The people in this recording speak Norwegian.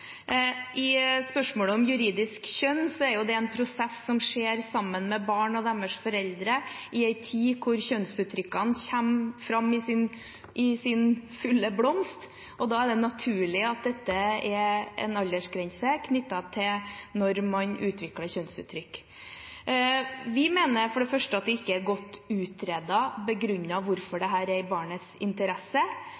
I spørsmålet om juridisk kjønn er det en prosess som skjer sammen med barn og deres foreldre, i en tid da kjønnsuttrykkene kommer fram i sin fulle blomst, og da er det naturlig at det er en aldersgrense knyttet til når man utvikler kjønnsuttrykk. Vi mener for det første at det ikke er godt utredet og begrunnet hvorfor